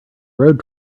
road